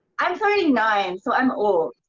i'm thirty nine so i'm old.